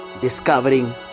discovering